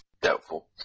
Doubtful